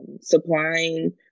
supplying